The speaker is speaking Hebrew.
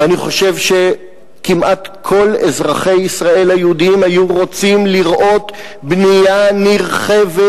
ואני חושב שכמעט כל אזרחי ישראל היהודים היו רוצים לראות בנייה נרחבת